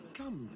come